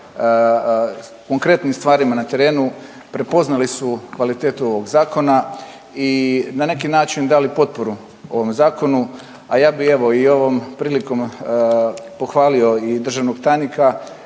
konkretnim stvarima na terenu prepoznali su kvalitetu ovog zakona i na neki način dali potporu ovom zakonu. A ja bih evo i ovom prilikom pohvalio i državnog tajnika